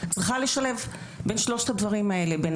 צריכה לשלב בין שלושת הדברים האלה: בין